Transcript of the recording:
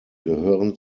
gehören